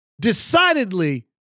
decidedly